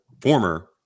former